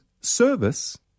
service